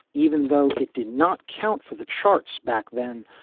even though it did not count for the charts back then,